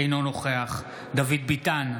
אינו נוכח דוד ביטן,